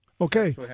Okay